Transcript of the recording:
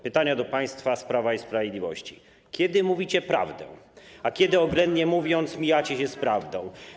Pytania do państwa z Prawa i Sprawiedliwości: Kiedy mówicie prawdę, a kiedy, oględnie mówiąc, mijacie się z prawdą?